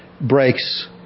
breaks